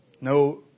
no